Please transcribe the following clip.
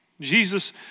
Jesus